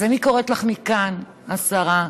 אז אני קוראת לך מכאן, השרה: